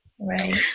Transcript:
right